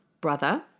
brother